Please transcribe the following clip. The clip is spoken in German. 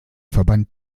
verband